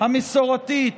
המסורתית